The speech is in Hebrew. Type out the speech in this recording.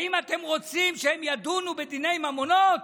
האם אתם רוצים שהם ידונו בדיני ממונות?